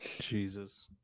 Jesus